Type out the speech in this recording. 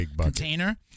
container